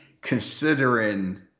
considering